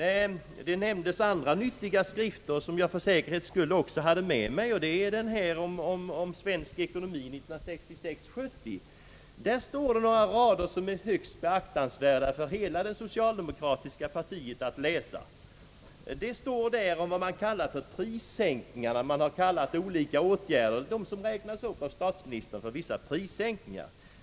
Nej, det nämndes andra nyttiga skrifter som jag för säkerhets skulle också tagit med mig. I skriften Svensk ekonomi 1966—1970 står några rader som är högst läsvärda för hela det socialdemokratiska partiet. Statsministern räknade upp olika åtgärder som sades ha inneburit prissänkningar.